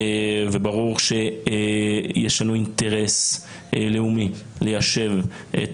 וברור שיש לנו אינטרס לאומי ליישב את